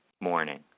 morning